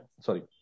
Sorry